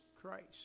Christ